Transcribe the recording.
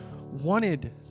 wanted